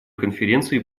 конференции